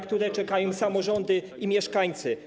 na które czekają samorządy i mieszkańcy.